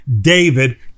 David